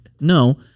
No